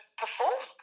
perform